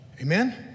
Amen